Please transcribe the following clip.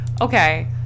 okay